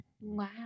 Wow